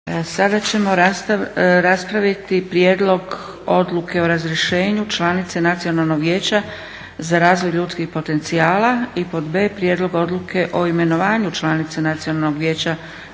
Sada ćemo raspraviti: - A) Prijedlog Odluke o razrješenju članice Nacionalnog vijeća za razvoj ljudskih potencijala; B) Prijedlog Odluke o imenovanju članice Nacionalnog vijeća